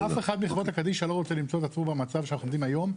אף אחת מחברות הקדישא לא רוצה למצוא את עצמו במצב בו אנחנו עומדים היום,